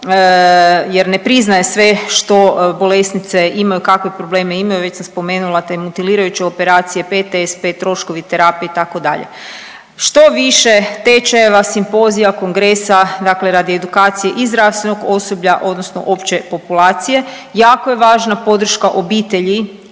jer ne priznaje sve što bolesnice imaju kakve probleme imaju, već sam spomenula te mutilirajuće operacije, PTSP troškovi terapije itd., što više tečajeva, simpozija, kongresa dakle radi edukacije i zdravstvenog osoblja odnosno opće populacije. Jako je važna podrška obitelji